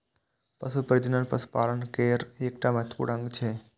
पशु प्रजनन पशुपालन केर एकटा महत्वपूर्ण अंग छियै